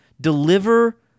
deliver